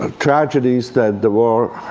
ah tragedies that the war